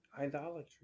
idolatry